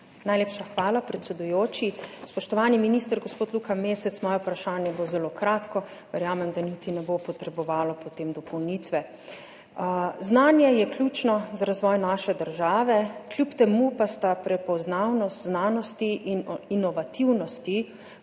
Najlepša hvala, predsedujoči. Spoštovani minister gospod Luka Mesec, moje vprašanje bo zelo kratko. Verjamem, da niti ne bo potrebovalo potem dopolnitve. Znanje je ključno za razvoj naše države, kljub temu pa sta prepoznavnost znanosti in inovativnosti